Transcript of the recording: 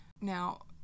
Now